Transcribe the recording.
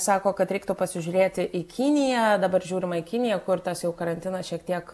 sako kad reiktų pasižiūrėti į kiniją dabar žiūrime į kiniją kur tas jau karantinas šiek tiek